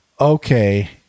okay